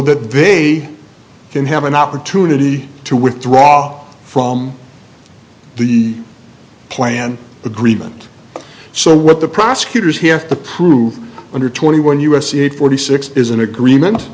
that they can have an opportunity to withdraw from the plan agreement so what the prosecutors here to prove under twenty one u s c eight forty six is an agreement